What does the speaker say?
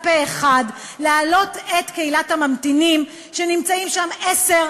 פה-אחד להעלות את קהילת הממתינים שנמצאים שם עשר,